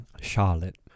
Charlotte